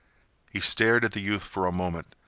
he stared at the youth for a moment.